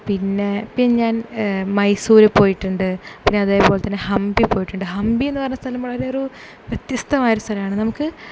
പിന്നെ പിന്നെ ഞാൻ മൈസൂർ പോയിട്ടുണ്ട് പിന്നെ അതേപോലെ തന്നെ ഹംപി പോയിട്ടുണ്ട് ഹംപി എന്ന് പറയുന്ന സ്ഥലം വളരെ ഒരു വ്യത്യസ്തമായൊരു സ്ഥലമാണ് നമുക്ക്